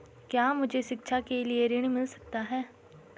क्या मुझे शिक्षा के लिए ऋण मिल सकता है?